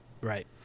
Right